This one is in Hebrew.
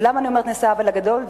ולמה אני אומרת "נעשה העוול הגדול"?